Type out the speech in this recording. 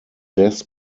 jazz